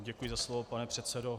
Děkuji za slovo, pane předsedo.